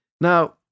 Now